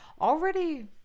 already